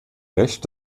recht